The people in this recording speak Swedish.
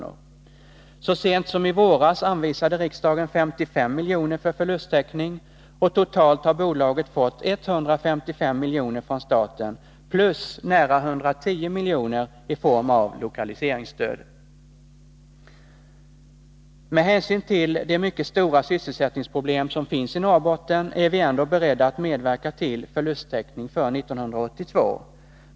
Så sent som i våras anvisade riksdagen 55 miljoner för förlusttäckning, och totalt har bolaget fått 155 miljoner från staten plus nära 110 miljoner i form av lokaliseringsstöd. Med hänsyn till de mycket stora sysselsättningsproblemen i Norrbotten är vi ändå beredda att medverka till förlusttäckning för 1982.